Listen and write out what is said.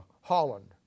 Holland